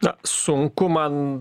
na sunku man